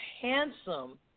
handsome